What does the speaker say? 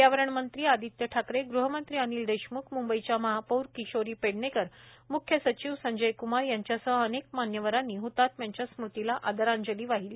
पर्यावरण मंत्री आदित्य ठाकरे गृहमंत्री अनिल देशम्ख म्ंबईच्या महापौर किशोरी पेडणेकर म्ख्य सचिव संजय क्मार यांच्यासह अनेक मान्यवरांनी हतात्म्यांच्या स्मृतीला आदरांजली वाहिली